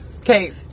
Okay